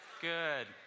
Good